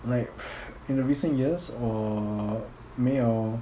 like in the recent years 我没有